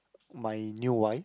my new wife